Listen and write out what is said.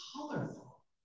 colorful